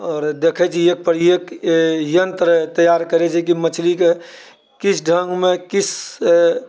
आओर देखै छी एकपर एक यन्त्र तैयार करै छै कि मछली कऽ किस ढङ्गमे किस